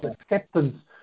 acceptance